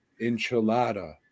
enchilada